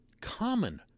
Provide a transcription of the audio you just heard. common